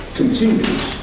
continues